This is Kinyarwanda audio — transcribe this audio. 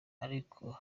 ariko